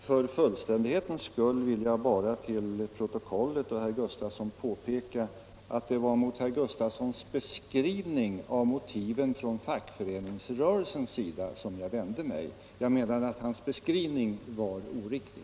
Herr talman! För att protokollet skall bli fullständigt vill jag för herr Gustafson påpeka att det var mot herr Gustafsons beskrivning av fackföreningsrörelsens motiv som jag vände mig. Jag menar att hans beskrivning var oriktig.